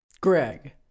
Greg